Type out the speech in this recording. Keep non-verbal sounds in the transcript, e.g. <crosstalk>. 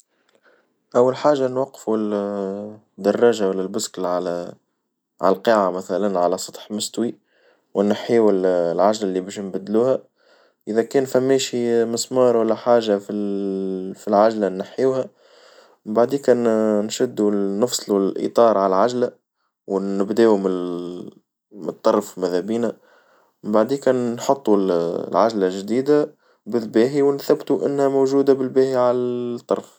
أول حاجة نوقفو ال <hesitation> الدراجة والا البسكل على على القاعة مثلًا على سطح مستوي، ونحيو العجل اللي باش نبدلوها، إذا كان فماشي مسمار والا حاجة في في العجلة نحيوها، بعديك انشدو نفصلو الإطار على العجلة وندوام الطرف مذابينا بعديكا نحطو العجلة جديدة بالباهي ونثبتوا إنها موجودة بالباهي على الطرف.